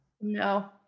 No